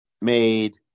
made